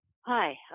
Hi